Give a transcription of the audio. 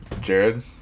Jared